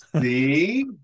see